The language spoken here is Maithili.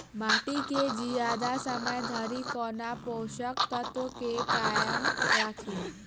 माटि केँ जियादा समय धरि कोना पोसक तत्वक केँ कायम राखि?